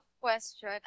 question